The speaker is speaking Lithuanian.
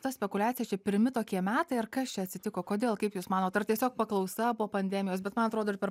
ta spekuliacija čia pirmi tokie metai ar kas čia atsitiko kodėl kaip jūs manot ar tiesiog paklausa po pandemijos bet man atrodo ir per